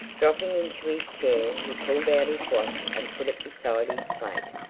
dropping into his chair, he pulled out his watch and put it beside his plate.